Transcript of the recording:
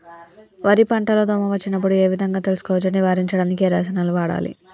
వరి పంట లో దోమ వచ్చినప్పుడు ఏ విధంగా తెలుసుకోవచ్చు? నివారించడానికి ఏ రసాయనాలు వాడాలి?